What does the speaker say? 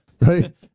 right